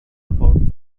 about